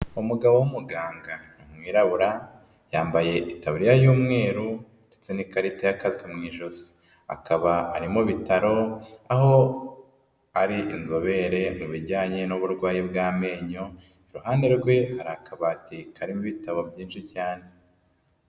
Umugabo w'umuganga ni umwirabura, yambaye itaburiya y'umweru ndetse n'ikarita y'akazi mu ijosi, akaba ari mu bitaro aho ari inzobere mu bijyanye n'uburwayi bw'amenyo, iruhande rwe hari akabati karimo ibitabo byinshi cyane.